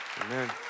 Amen